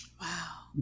Wow